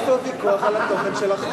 יש פה ויכוח על התוכן של החוק.